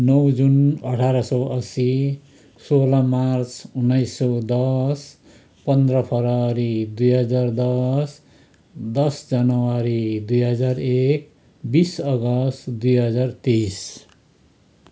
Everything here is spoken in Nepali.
नौ जुन अठार सौ असी सोह्र मार्च उनाइस सौ दस पन्ध्र फरवरी दुई हजार दस दस जनवरी दुई हजार एक बिस अगस्ट दुई हजार तेइस